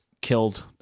killed